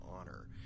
honor